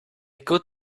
good